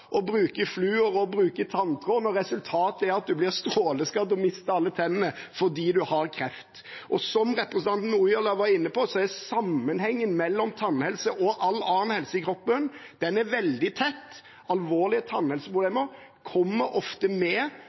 bruke fluor og tanntråd når man mister alle tennene fordi man har kreft og blir stråleskadd. Som representanten Ojala var inne på, er sammenhengen mellom tannhelse og all annen helse i kroppen veldig tett. Alvorlige tannhelseproblemer kommer ofte med